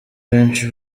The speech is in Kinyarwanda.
benshi